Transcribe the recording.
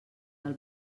del